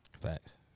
Facts